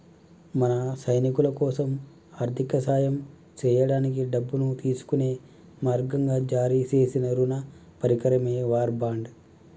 మన సైనికులకోసం ఆర్థిక సాయం సేయడానికి డబ్బును తీసుకునే మార్గంగా జారీ సేసిన రుణ పరికరమే వార్ బాండ్